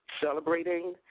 celebrating